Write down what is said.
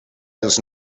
els